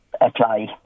apply